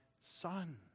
son